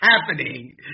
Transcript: happening